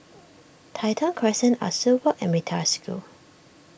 Tai Thong Crescent Ah Soo Walk and Metta School